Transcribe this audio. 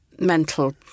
mental